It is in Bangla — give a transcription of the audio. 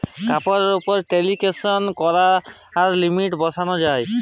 কাড়ের উপর টেরাল্সাকশন ক্যরার লিমিট বসাল যায়